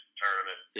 tournament